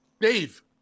Dave